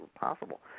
possible